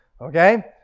Okay